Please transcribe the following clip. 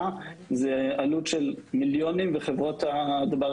זאת אמירה אחת.